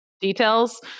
details